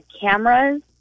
cameras